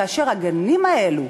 כאשר הגנים האלו,